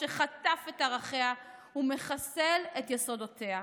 שחטף את ערכיה ומחסל את יסודותיה.